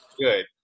good